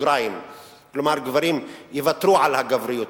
כלומר גברים יוותרו על הגבריות,